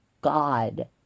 God